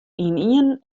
ynienen